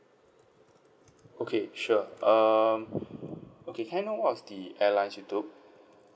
okay sure um okay can what was the airlines you took